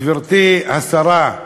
גברתי השרה,